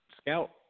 scout